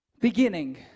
beginning